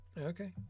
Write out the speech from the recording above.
Okay